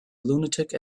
lunatic